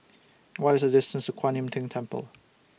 What IS The distance to Kuan Im Tng Temple